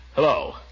Hello